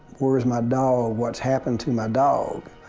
where's my dog? what's happened to my dog?